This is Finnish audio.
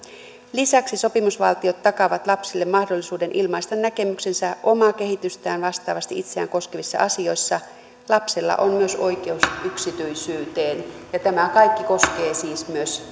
lisäksi sopimusvaltiot takaavat lapsille mahdollisuuden ilmaista näkemyksensä omaa kehitystään vastaavasti itseään koskevissa asioissa lapsella on myös oikeus yksityisyyteen ja tämä kaikki koskee siis myös